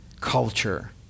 culture